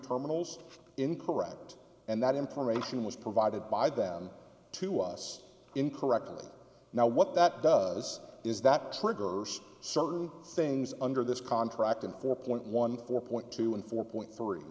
terminals incorrect and that information was provided by them to us incorrectly now what that does is that trigger certain things under this contract and four point one four point two and four point three